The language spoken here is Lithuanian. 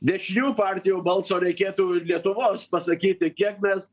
dešinių partijų balso reikėtų ir lietuvos pasakyti kiek mes